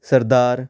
ਸਰਦਾਰ